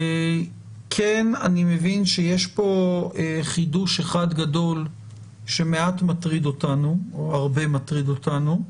כן אני מבין שיש פה חידוש אחד גדול שמעט או הרבה מטריד אותנו,